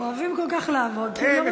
אוהבים כל כך לעבוד שהם לא רוצים חופש.